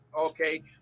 okay